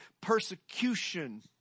persecution